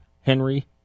Henry